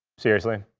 seriously?